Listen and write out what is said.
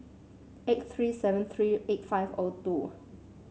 eight three seven three eight five O two